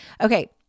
Okay